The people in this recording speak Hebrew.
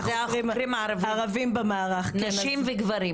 זה החוקרים הערביים במערך --- נשים וגברים.